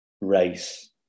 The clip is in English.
race